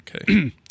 okay